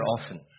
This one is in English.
often